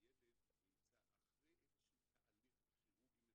שהילד נמצא אחרי איזשהו תהליך כירורגי מסוים,